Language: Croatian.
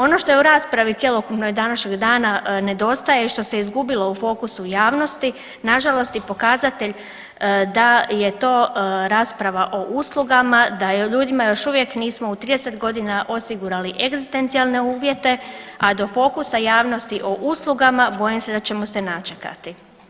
Ono što u raspravi cjelokupnoj današnjeg dana nedostaje, što se izgubilo u fokusu javnosti, nažalost i pokazatelj da je to rasprava o uslugama, da ljudima još uvijek nismo u 30.g. osigurali egzistencijalne uvjete, a do fokusa javnosti o uslugama bojim se da ćemo se načekati.